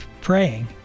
praying